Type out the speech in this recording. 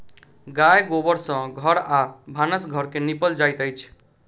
गाय गोबर सँ घर आ भानस घर के निपल जाइत अछि